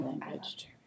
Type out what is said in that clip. language